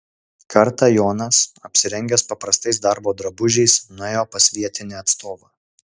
kartą jonas apsirengęs paprastais darbo drabužiais nuėjo pas vietinį atstovą